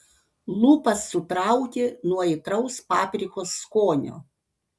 lūpas sutraukė nuo aitraus paprikos skonio